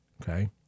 Okay